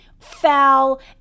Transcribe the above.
foul